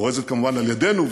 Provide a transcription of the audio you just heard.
מפורזת כמובן על-ידינו,